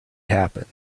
happened